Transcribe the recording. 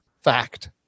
fact